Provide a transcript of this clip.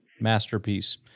Masterpiece